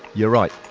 you're right'.